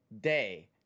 day